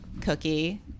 cookie